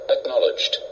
Acknowledged